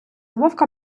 вовка